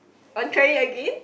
want try it again